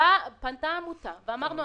פנתה עמותה ואמרנו,